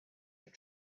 your